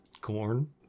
Corn